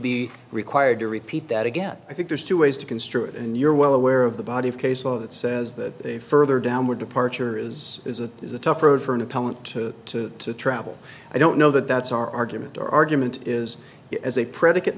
be required to repeat that again i think there's two ways to construe it and you're well aware of the body of case law that says that a further downward departure is is a is a tough road for an appellant to travel i don't know that that's our argument or argument is as a predi